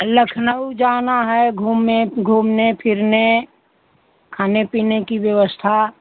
लखनऊ जाना है घूमने घूमने फिरने खाने पीने कि व्यवस्था